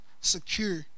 secure